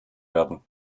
werden